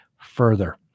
further